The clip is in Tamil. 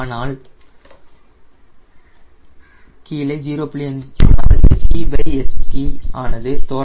ஆனால் SeSt ஆனது தோராயமாக 0